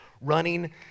running